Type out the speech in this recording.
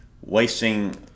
wasting